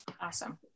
Awesome